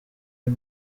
red